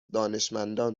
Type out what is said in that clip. دانشمندان